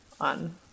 on